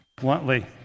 bluntly